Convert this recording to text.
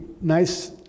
nice